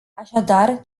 așadar